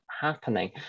happening